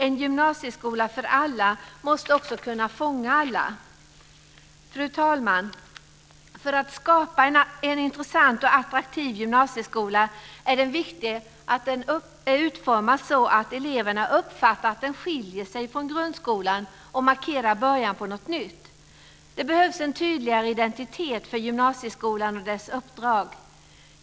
En gymnasieskola för alla måste också kunna fånga alla. Fru talman! För att skapa en intressant och attraktiv gymnasieskola är det viktigt att den är utformad så att eleverna uppfattar att den skiljer sig från grundskolan och markerar början på något nytt. Det behövs en tydligare identitet för gymnasieskolan och dess uppdrag.